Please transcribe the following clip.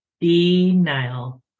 Denial